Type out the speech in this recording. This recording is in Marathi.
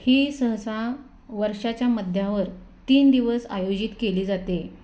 ही सहसा वर्षाच्या मध्यावर तीन दिवस आयोजित केली जाते